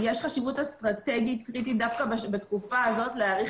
אני חושבת שיש חשיבות אסטרטגית קריטית דווקא בתקופה הזאת להאריך